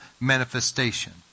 manifestation